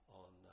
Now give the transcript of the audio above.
on